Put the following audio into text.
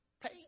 pay